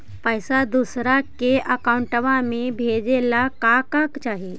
पैसा दूसरा के अकाउंट में भेजे ला का का चाही?